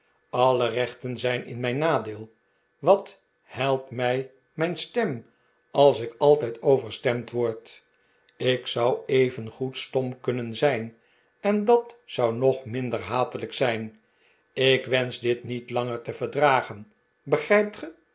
alle rechten zijn in mij'n nadeel wat helpt mij mijn stem als ik altijd overstemd word ik zou evengoed stom kunnen zijn en dat zou nog minder hatelijk zijn ik wensch dit niet langer te verdragen begrijpt